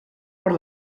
per